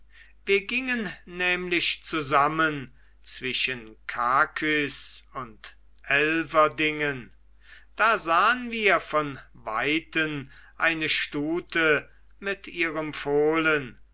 wir gingen nämlich zusammen zwischen kackyß und elverdingen da sahn wir von weitem eine stute mit ihrem fohlen